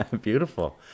Beautiful